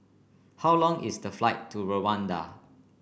how long is the flight to Rwanda